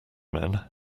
men